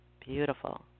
beautiful